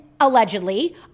Allegedly